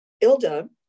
Ilda